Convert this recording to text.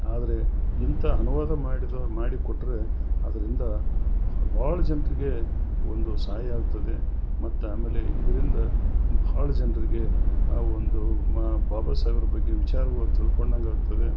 ಆದರೆ ಇಂಥ ಅನುವಾದ ಮಾಡಿದ ಮಾಡಿ ಕೊಟ್ಟರೆ ಅದರಿಂದ ಭಾಳ್ ಜನರಿಗೆ ಒಂದು ಸಹಾಯ ಆಗ್ತದೆ ಮತ್ತು ಆಮೇಲೆ ಇದರಿಂದ ಭಾಳ ಜನರಿಗೆ ಆ ಒಂದು ಮ ಬಾಬಾ ಸಾಹೇಬ್ರ್ ಬಗ್ಗೆ ವಿಚಾರಗಳ್ ತಿಳ್ಕೊಂಡಂಗೆ ಆಗ್ತದೆ